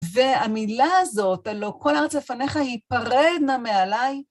והמילה הזאת, הלא כל הארץ לפניך הפרד נא מעליי.